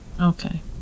Okay